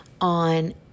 on